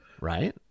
right